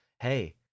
hey